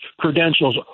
credentials